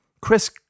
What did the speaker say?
Chris